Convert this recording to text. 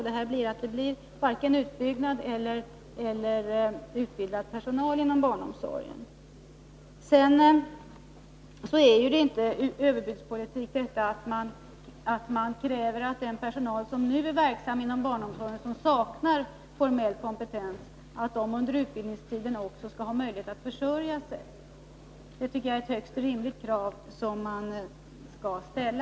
Resultatet blir att man får varken utbyggnad eller utbildad personal inom barnomsorgen. Det är ju inte överbudspolitik att kräva att den personal som nu är verksam inom barnomsorgen men saknar formell kompetens under utbildningstiden skall ha möjlighet att försörja sig. Det tycker jag är ett högst rimligt krav, som man skall ställa.